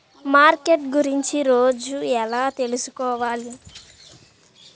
Market గురించి రోజు ఎలా తెలుసుకోవాలి?